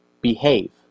behave